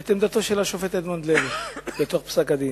את עמדתו של השופט אדמונד לוי בתוך פסק-הדין,